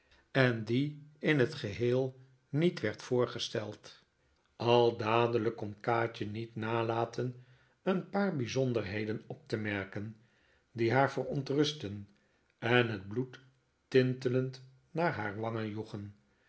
en die in t geheel niet werd voorgesteld al dadelijk kon kaatje niet nalaten een paar bijzonder heden op te merken die haar verontrustten en het bloed tintelend naar haar wangen joegen